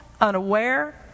unaware